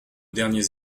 derniers